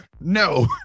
no